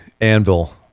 Anvil